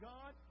God